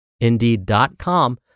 indeed.com